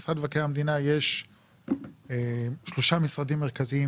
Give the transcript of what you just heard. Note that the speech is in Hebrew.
למשרד מבקר המדינה יש שלושה משרדים מרכזיים,